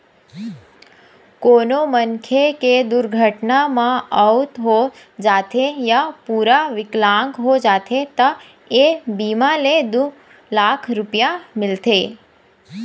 कोनो मनखे के दुरघटना म मउत हो जाथे य पूरा बिकलांग हो जाथे त ए बीमा ले दू लाख रूपिया मिलथे